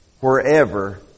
wherever